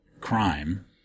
crime